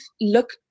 look